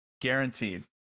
guaranteed